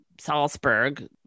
Salzburg